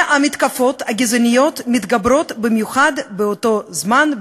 והמתקפות הגזעניות מתגברות במיוחד באותו זמן,